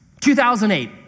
2008